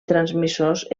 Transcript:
transmissors